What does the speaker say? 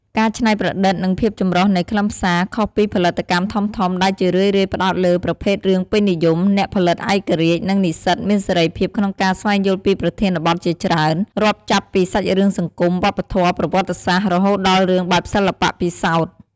ការច្នៃប្រឌិត និងភាពចម្រុះនៃខ្លឹមសារ ខុសពីផលិតកម្មធំៗដែលជារឿយៗផ្ដោតលើប្រភេទរឿងពេញនិយម អ្នកផលិតឯករាជ្យ និងនិស្សិតមានសេរីភាពក្នុងការស្វែងយល់ពីប្រធានបទជាច្រើន រាប់ចាប់ពីសាច់រឿងសង្គម វប្បធម៌ ប្រវត្តិសាស្ត្រ រហូតដល់រឿងបែបសិល្បៈពិសោធន៍។